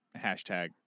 hashtag